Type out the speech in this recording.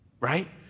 right